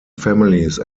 families